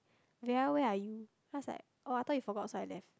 Vera where are you then I was like oh I thought you forgot so I left